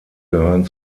gehören